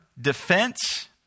defense